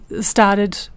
started